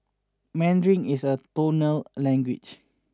Mandarin is a tonal language